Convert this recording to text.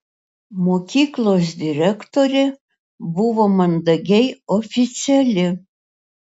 mokyklos direktorė buvo mandagiai oficiali